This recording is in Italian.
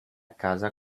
casa